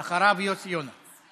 אחריו, יוסי יונה,